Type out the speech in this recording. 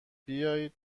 بیایید